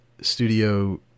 studio